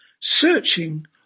searching